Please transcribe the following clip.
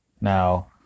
Now